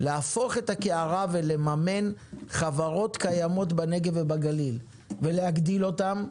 להפוך את הקערה ולממן חברות קיימות בנגב ובגליל ולהגדיל אותן,